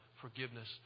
forgiveness